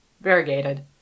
variegated